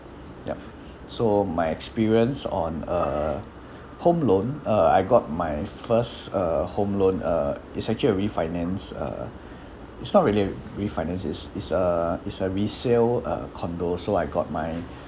yup so my experience on uh home loan uh I got my first uh home loan uh it' actually a refinance uh it's not really a refinance it's it's a it's a resale uh condo so I got my